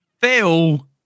Phil